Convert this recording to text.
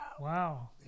Wow